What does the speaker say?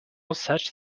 such